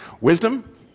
Wisdom